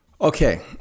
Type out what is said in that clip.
Okay